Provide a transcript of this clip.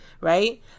right